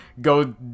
go